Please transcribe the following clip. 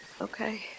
Okay